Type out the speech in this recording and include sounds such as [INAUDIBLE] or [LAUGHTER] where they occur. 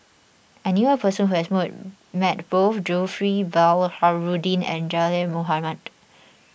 I knew a person who has [UNINTELLIGIBLE] met both Zulkifli Baharudin and Zaqy Mohamad